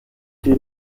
die